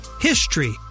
HISTORY